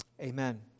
Amen